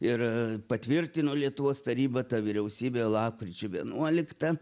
ir patvirtino lietuvos taryba ta vyriausybė lapkričio vienuoliktą